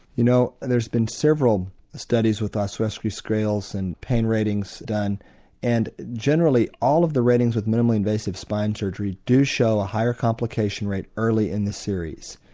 you know there's been several studies with olszewski scales and pain ratings done and generally all of the ratings with minimally invasive spine surgery do show a higher complication rate early in the series.